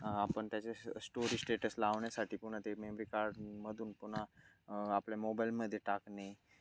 आपण त्याचे stories status लावण्यासाठी पुन्हा ते मेमरी कार्डमधून पुन्हा आपल्या मोबाईलमध्ये टाकणे